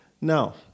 now